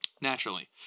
Naturally